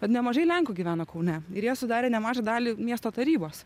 bet nemažai lenkų gyveno kaune ir jie sudarė nemažą dalį miesto tarybos